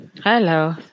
Hello